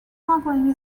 homeboy